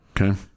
Okay